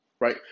right